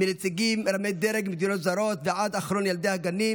מנציגים רמי דרג ממדינות זרות ועד אחרון ילדי הגנים,